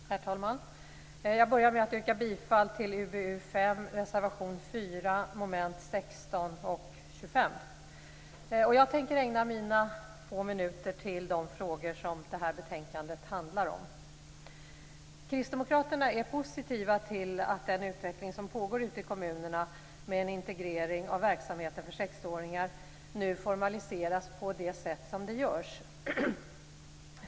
Herr talman! Jag börjar med att yrka bifall till reservation 4 under mom. 16 och 25 i utbildningsutskottets betänkande 5. Jag tänker ägna mina få minuter till de frågor som detta betänkande handlar om. Kristdemokraterna är positiva till att den utveckling som pågår ute i kommunerna med en integrering av verksamheten för sexåringar nu formaliseras på det sätt som görs.